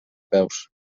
peus